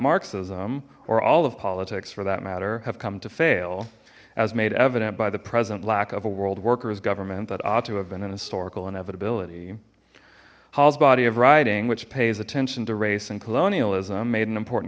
marxism or all of politics for that matter have come to fail as made evident by the present lack of a world workers government that ought to have been an historical inevitability halls body of writing which pays attention to race and colonialism made an important